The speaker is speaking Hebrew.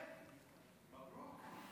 מברוכ.